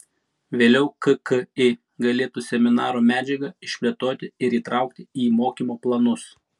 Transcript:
vėliau kki galėtų seminaro medžiagą išplėtoti ir įtraukti į mokymo planus